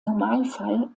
normalfall